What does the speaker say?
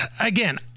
again